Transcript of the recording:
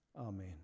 Amen